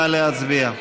נא להצביע.